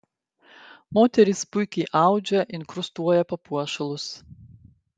moterys puikiai audžia inkrustuoja papuošalus